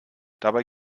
dabei